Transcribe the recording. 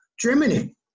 Germany